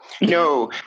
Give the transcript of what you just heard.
No